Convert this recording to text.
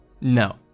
No